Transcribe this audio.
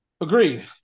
Agreed